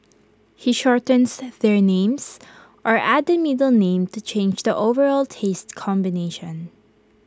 he shortens their names or adds the middle name to change the overall taste combination